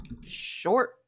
short